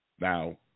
now